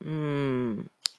mm